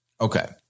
Okay